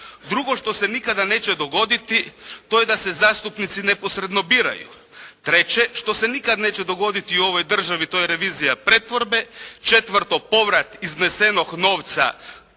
Drugo što se nikada neće dogoditi to je da se zastupnici neposredno biraju. Treće što se nikad neće dogoditi u ovoj državi, to je revizija pretvorbe. Četvrto, povrat iznesenog novca